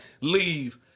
leave